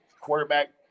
quarterback